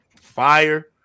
fire